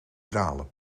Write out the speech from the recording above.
dralen